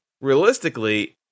realistically